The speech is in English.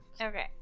Okay